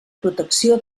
protecció